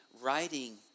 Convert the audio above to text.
writing